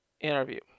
interview